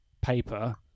paper